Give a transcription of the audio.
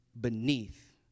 beneath